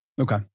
Okay